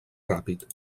ràpid